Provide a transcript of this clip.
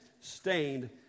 stained